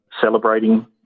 celebrating